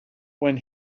when